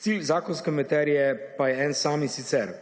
Cilj zakonske materije pa je eden sam in sicer